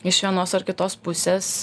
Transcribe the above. iš vienos ar kitos pusės